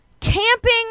Camping